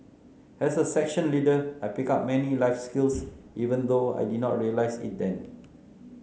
as a section leader I picked up many life skills even though I did not realise it then